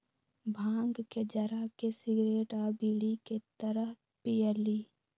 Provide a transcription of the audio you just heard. भांग के जरा के सिगरेट आ बीड़ी के तरह पिअईली